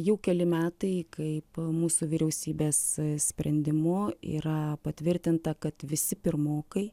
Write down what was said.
jau keli metai kaip mūsų vyriausybės sprendimu yra patvirtinta kad visi pirmokai